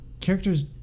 characters